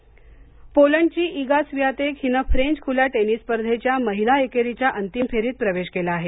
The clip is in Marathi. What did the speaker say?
फ्रेंच ओपन महिला पोलंड ची ईगा स्वीआतेक हिने फ्रेंच खुल्या टेनिस स्पर्धेच्या महिला एकेरीच्या अंतिम फेरीत प्रवेश केला आहे